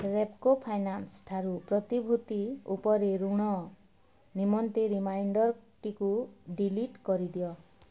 ରେପ୍କୋ ଫାଇନାନ୍ସଠାରୁ ପ୍ରତିଭୂତି ଉପରେ ଋଣ ନିମନ୍ତେ ରିମାଇଣ୍ଡର୍ଟିକୁ ଡିଲିଟ୍ କରିଦିଅ